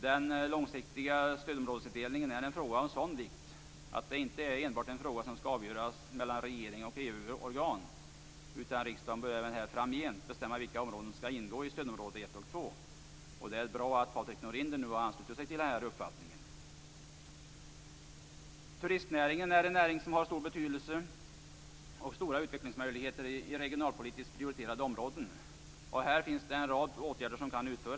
Den långsiktiga stödområdesindelningen är en fråga av sådan vikt att den inte enbart skall avgöras mellan regeringen och EU-organ, utan riksdagen bör även framgent bestämma vilka områden som skall ingå i stödområde 1 och 2. Det är bra att Patrik Norinder nu har anslutit sig till denna uppfattning. Turistnäringen är en näring som har en stor betydelse och stora utvecklingsmöjligheter i regionalpolitiskt prioriterade områden. Här finns en rad åtgärder som kan vidtas.